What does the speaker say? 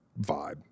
vibe